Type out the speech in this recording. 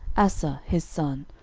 asa his son,